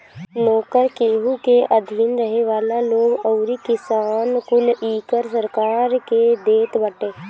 नोकर, केहू के अधीन रहे वाला लोग अउरी किसान कुल इ कर सरकार के देत बाटे